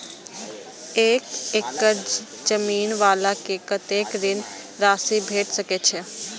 एक एकड़ जमीन वाला के कतेक ऋण राशि भेट सकै छै?